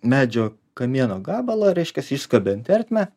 medžio kamieno gabalo reiškias išskobiant ertmę